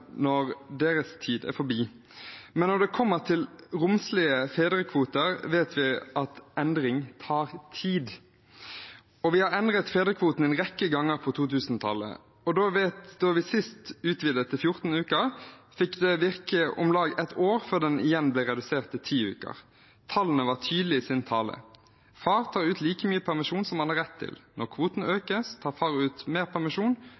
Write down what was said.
når deres tid er forbi. Men når det kommer til romslige fedrekvoter, vet vi at endring tar tid. Vi har endret fedrekvoten en rekke ganger på 2000-tallet, og da vi sist utvidet til 14 uker, fikk den virke om lag et år før den igjen ble redusert til 10 uker. Tallene var tydelige i sin tale: Far tar ut så mye permisjon som han har rett til. Når kvoten økes, tar far ut mer permisjon.